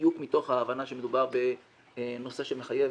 בדיוק מתוך ההבנה שמדובר בנושא שמחייב